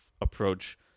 approach